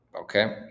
Okay